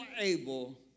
able